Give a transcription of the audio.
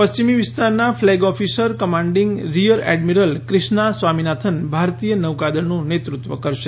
પશ્ચિમી વિસ્તારનાં flag officer commanding rear admiral Krishna Swaminathan ભારતીય નૌકાદળનું નેતૃત્વ કરશે